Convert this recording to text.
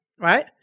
right